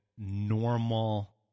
Normal